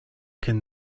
can